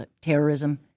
terrorism